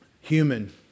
human